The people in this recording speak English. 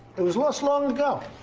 it was lost long ago.